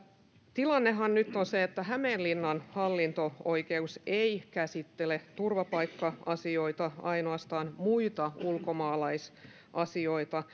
tilannehan nyt on se että hämeenlinnan hallinto oikeus ei käsittele turvapaikka asioita vaan ainoastaan muita ulkomaalaisasioita